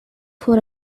for